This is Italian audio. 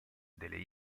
delle